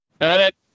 Edit